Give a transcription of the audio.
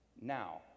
Now